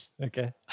Okay